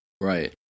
Right